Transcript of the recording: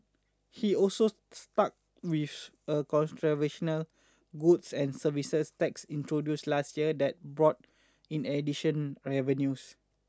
he also stuck with a controversial no goods and services tax introduced last year that's brought in addition and revenues